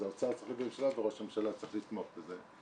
זה האוצר צריך להביא לממשלה וראש הממשלה צריך לתמוך בזה,